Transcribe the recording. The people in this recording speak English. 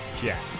Jack